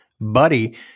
Buddy